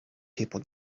people